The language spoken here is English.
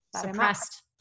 suppressed